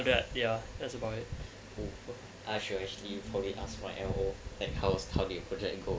ya that's about it I shall actually probably ask my elbow and house they project go